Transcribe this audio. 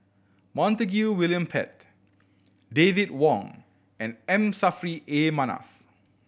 Montague William Pett David Wong and M Saffri A Manaf